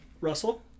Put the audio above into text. Russell